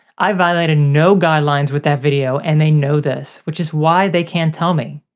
i violated no guidelines with that video, and they know this, which is why they can't tell me.